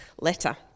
letter